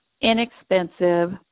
inexpensive